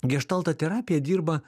geštalto terapija dirba